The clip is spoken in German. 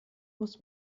muss